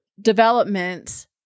development